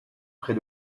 près